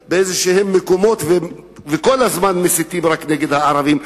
במקומות וכל הזמן רק מסיתים נגד הערבים,